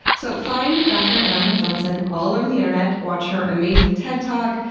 so find dr. ayana johnson all over the internet, watch her amazing ted talk,